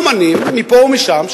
אמנים מפה ומשם,